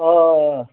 آ آ آ